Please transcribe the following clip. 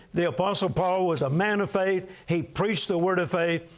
the apostle paul was a man of faith, he preached the word of faith,